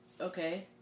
okay